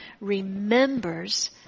remembers